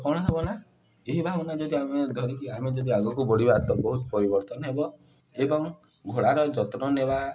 କ'ଣ ହବ ନା ଏହି ଭାବନା ଯଦି ଆମେ ଧରିକି ଆମେ ଯଦି ଆଗକୁ ବଢ଼ିବା ତ ବହୁତ ପରିବର୍ତ୍ତନ ହେବ ଏବଂ ଘୋଡ଼ାର ଯତ୍ନ ନେବା